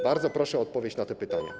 Bardzo proszę o odpowiedź na te pytania.